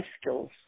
skills